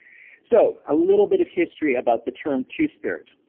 so, a little bit of history about the term two-spirit.